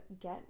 get